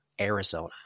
Arizona